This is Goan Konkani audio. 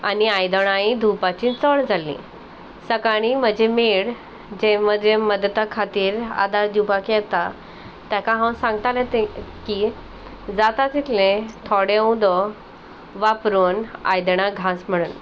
आनी आयदनांय धुवपाची चड जाल्लीं सकाळी म्हजे मेड जें म्हज्या मदता खातीर आदार दिवपाक येता तेका हांव सांगतालें तें की जाता तितलें थोडे उदो वापरून आयदणां घांस म्हणून